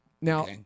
Now